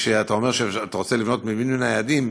כשאתה אומר שאתה רוצה לבנות מבנים ניידים,